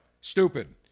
stupid